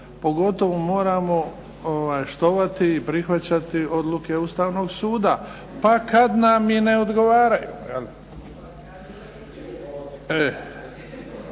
pogotovo moramo poštovati i prihvaćati odluke Ustavnog suda. Pa kada nam i ne odgovaraju